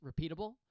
repeatable